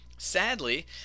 Sadly